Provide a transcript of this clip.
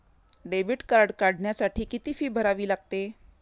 Debit card काढण्यासाठी किती fee भरावी लागते?